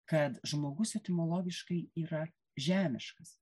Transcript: kad žmogus etimologiškai yra žemiškas